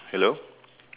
hello